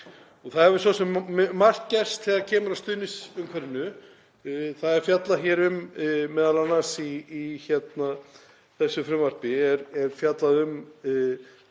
Það hefur svo sem margt gerst þegar kemur að stuðningsumhverfinu. Það er fjallað hér um m.a. í þessu frumvarpi